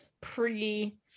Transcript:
pre